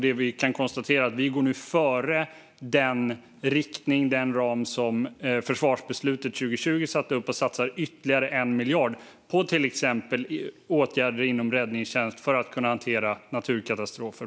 Jag kan konstatera att vi nu går före i den riktning som försvarsbeslutet 2020 pekade ut och satsar ytterligare 1 miljard på till exempel åtgärder inom räddningstjänst för att kunna hantera bland annat naturkatastrofer.